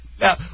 Now